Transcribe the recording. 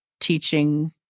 teaching